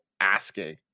asking